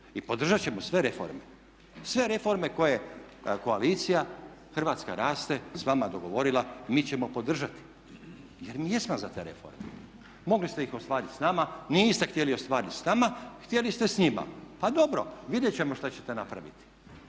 i podržati ćemo sve reforme, sve reforme koje je koalicija Hrvatska raste s vama dogovorila, mi ćemo podržati jer mi jesmo za te reforme. Mogli ste ih ostvariti s nama, niste htjeli ostvariti s nama, htjeli ste s njima. Pa dobro, vidjeti ćemo šta ćete napraviti.